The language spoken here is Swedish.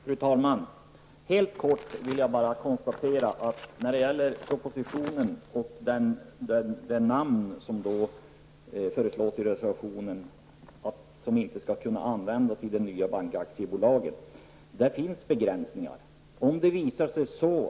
Fru talman! Jag vill bara helt kort kommentera det som föreslås i reservationen om att namnet sparbank inte skall få användas av de nya bankaktiebolagen. Det finns begränsningar när det gäller detta i propositionen.